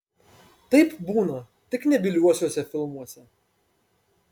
taip būna tik nebyliuosiuose filmuose